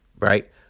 Right